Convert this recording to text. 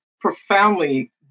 profoundly